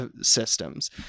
systems